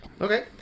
Okay